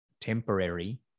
temporary